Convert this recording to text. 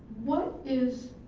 what is,